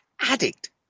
addict